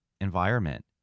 environment